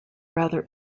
rather